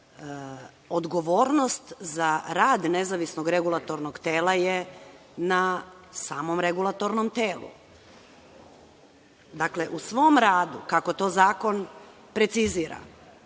smislu. Odgovornost za rad nezavisnog regulatornog tela je na samom regulatornom telu. Dakle, u svom radu, kako to zakon precizira,